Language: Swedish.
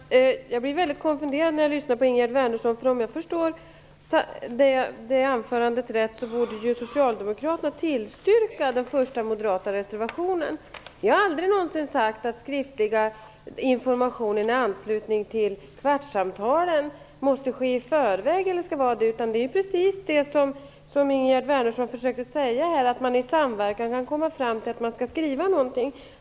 Herr talman! Jag blir konfunderad när jag lyssnar på Ingegerd Wärnersson. Om jag förstod hennes anförande rätt, borde socialdemokraterna tillstyrka den första moderata reservationen, nr 2. Vi har aldrig någonsin sagt att den skriftliga informationen i anslutning till kvartssamtalen skall lämnas i förväg, utan det är precis så som Ingegerd Wärnersson här försöker säga, att man i samverkan kan komma fram till att man skall skriva någonting.